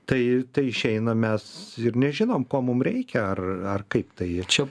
tai išeina mes nežinom ko mum reikia ar ar kaip tai čia